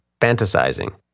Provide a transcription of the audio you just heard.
fantasizing